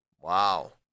Wow